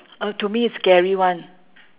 uh to me is scary one